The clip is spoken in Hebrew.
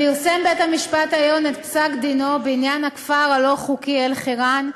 פרסם בית-המשפט העליון את פסק-דינו בעניין הכפר הלא-חוקי אלחיראן,